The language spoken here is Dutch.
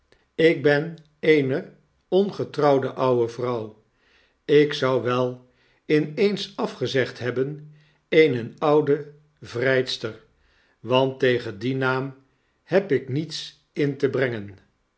ik ben eene ongetrouwde oude vrouw ik zou wel in eens afgezegd hebben eene oude vrgster want tegen dien naam heb ik niets in te brengen